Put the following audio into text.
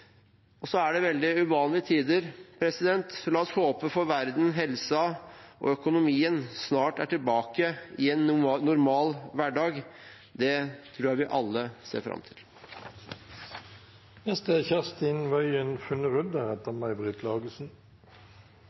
Og så er det veldig uvanlige tider. La oss håpe for verden at helsa og økonomien snart er tilbake i en normal hverdag. Det tror jeg vi alle ser fram